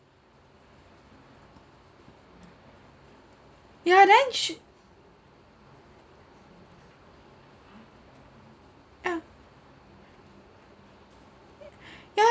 yeah then she ya ya lah